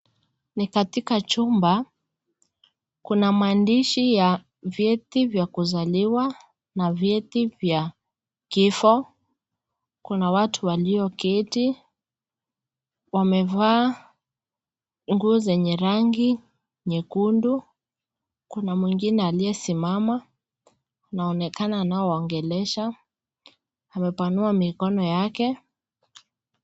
Ni katika chumba kuna maandishi ya vyeti vya kuzaliwa na vyeti vya kifo. Kuna watu walioketi, wamevaa nguo zenye rangi nyekundu. Kuna mwingine aliyesimama anaonekana anaowangelesha, amepanua mikono yake.